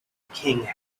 king